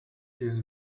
you